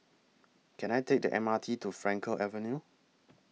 Can I Take The M R T to Frankel Avenue